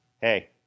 hey